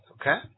Okay